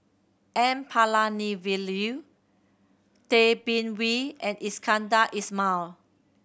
N Palanivelu Tay Bin Wee and Iskandar Ismail